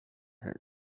hurt